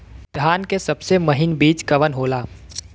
धान के सबसे महीन बिज कवन होला?